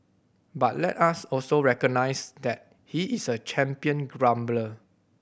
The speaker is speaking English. but let us also recognise that he is a champion grumbler